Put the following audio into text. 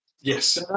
Yes